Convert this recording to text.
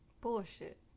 Bullshit